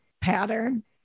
pattern